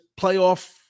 playoff